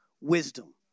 wisdom